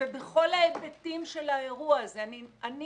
בכל ההיבטים של האירוע הזה, אני